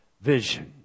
vision